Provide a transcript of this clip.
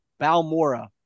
Balmora